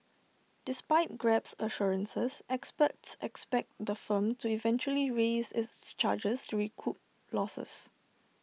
despite grab's assurances experts expect the firm to eventually raise its charges to recoup losses